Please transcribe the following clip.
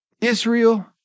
Israel